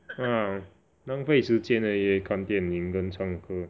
ha 浪费时间而已 eh 看电影跟唱歌